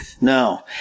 no